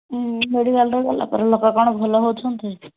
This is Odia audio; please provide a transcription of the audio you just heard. ମେଡ଼ିକାଲ୍ରୁ ଗଲା ପରେ ଲୋକ କ'ଣ ଭଲ ହେଉଛନ୍ତି